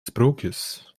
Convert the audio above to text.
sprookjes